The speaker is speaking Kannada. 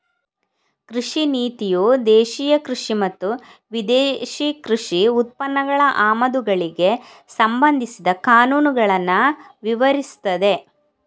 ಕೃಷಿ ನೀತಿಯು ದೇಶೀಯ ಕೃಷಿ ಮತ್ತು ವಿದೇಶಿ ಕೃಷಿ ಉತ್ಪನ್ನಗಳ ಆಮದುಗಳಿಗೆ ಸಂಬಂಧಿಸಿದ ಕಾನೂನುಗಳನ್ನ ವಿವರಿಸ್ತದೆ